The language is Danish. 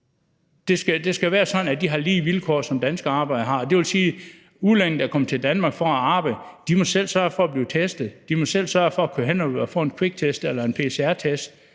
Det skal være sådan, at de har de samme vilkår, som danske arbejdere har, og det vil sige, at udlændinge, der kommer til Danmark for at arbejde, selv må sørge for at blive testet – de må selv sørge for at køre hen og få en kviktest eller en pcr-test